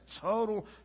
total